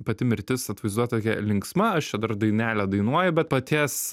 pati mirtis atvaizduota tokia linksma aš čia dar dainelę dainuoju bet paties